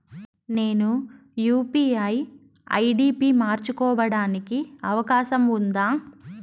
నేను UPI ID పి మార్చుకోవడానికి అవకాశం ఉందా?